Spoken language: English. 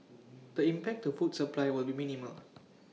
the impact to food supply will be minimal